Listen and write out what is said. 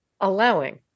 allowing